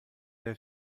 der